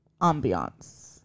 ambiance